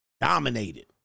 dominated